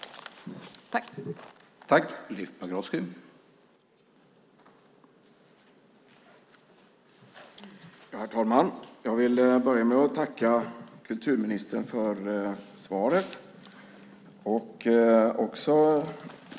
Då Göran Persson i Simrishamn, som framställt interpellationen, anmält att han var förhindrad att närvara vid sammanträdet medgav talmannen att Leif Pagrotsky i stället fick delta i överläggningen.